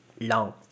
long